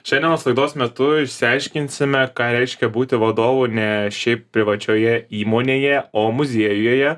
šiandienos laidos metu išsiaiškinsime ką reiškia būti vadovu ne šiaip privačioje įmonėje o muziejuje